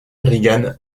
reagan